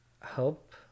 help